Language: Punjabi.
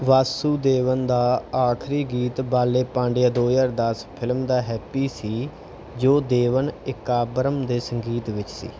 ਵਾਸੁਦੇਵਨ ਦਾ ਆਖਰੀ ਗੀਤ ਬਾਲੇ ਪਾਂਡਿਆ ਦੋ ਹਜ਼ਾਰ ਦਸ ਫਿਲਮ ਦਾ ਹੈਪੀ ਸੀ ਜੋ ਦੇਵਨ ਏਕਾਂਬਰਮ ਦੇ ਸੰਗੀਤ ਵਿੱਚ ਸੀ